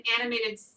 animated